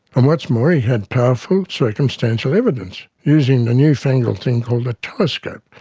and what's more, he had powerful circumstantial evidence using the new-fangled thing called a telescope,